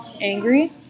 angry